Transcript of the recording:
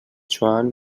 joan